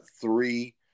three